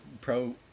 pro